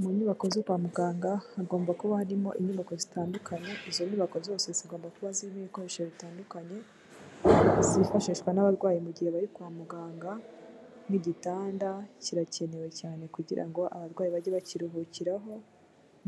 Mu nyubako zo kwa muganga hagomba kuba harimo inyubako zitandukanye, izo nyubako zose zigomba kuba zirimo ibikoresho bitandukanye, zifashishwa n'abarwayi mu gihe bari kwa muganga nk'igitanda kirakenewe cyane kugira ngo abarwayi bajye bakiruhukiraho